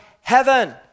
heaven